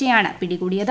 A ആണ് പിടികൂടിയത്